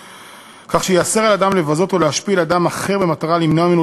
כך שייאסר על אדם לבזות ולהשפיל אדם אחר במטרה למנוע ממנו